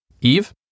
Eve